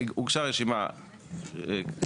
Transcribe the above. הוגשה רשימה מסוימת.